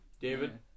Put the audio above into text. David